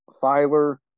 Filer